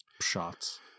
shots